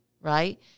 right